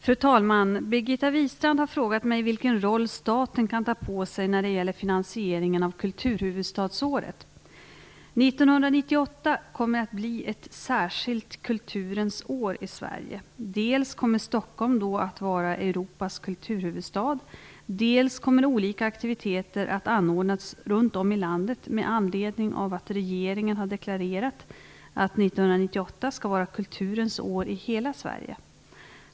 Fru talman! Birgitta Wistrand har frågat mig vilken roll staten kan ta på sig när det gäller finansieringen av kulturhuvudstadsåret. År 1998 kommer att bli ett särskilt kulturens år i Sverige. Dels kommer Stockholm då att vara Europas kulturhuvudstad, dels kommer olika aktiviteter att anordnas runt om i landet med anledning av att regeringen har deklarerat att 1998 skall vara kulturens år i hela Sverige.